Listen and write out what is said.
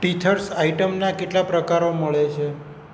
teethers આઇટમના કેટલા પ્રકારો મળે છે